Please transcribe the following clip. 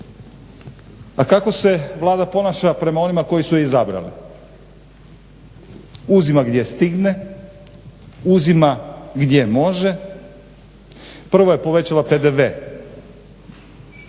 A kako se Vlada ponaša prema onima koji su je izabrali? Uzima gdje stigne, uzima gdje može. Prvo je povećala PDV